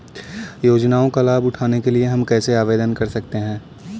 योजनाओं का लाभ उठाने के लिए हम कैसे आवेदन कर सकते हैं?